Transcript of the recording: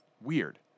weird